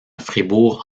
fribourg